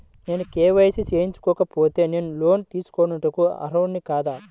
నేను కే.వై.సి చేయించుకోకపోతే నేను లోన్ తీసుకొనుటకు అర్హుడని కాదా?